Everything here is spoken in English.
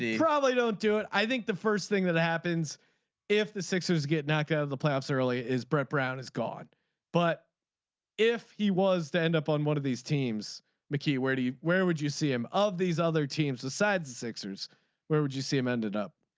probably don't do it i think the first thing that happens if the sixers get knocked out of the playoffs early is brett brown is gone but if he was to end up on one of these teams mickey where do you where would you see him of these other teams besides the sixers where would you see him ended up.